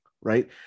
right